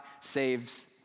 saves